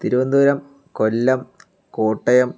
Thiruvananthapuram Kollam Kottayam